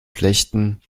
schlechten